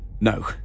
No